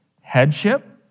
headship